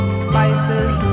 spices